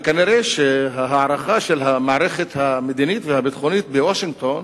וכנראה ההערכה של המערכת המדינית והביטחונית בוושינגטון